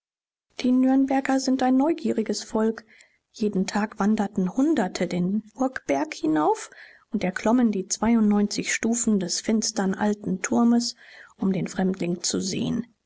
die nürnberger sind ein neugieriges volk jeden tag wanderten hunderte den burgberg hinauf und erklommen die zweiundneunzig stufen des finstern alten turmes um den fremdling zu sehen